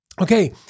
Okay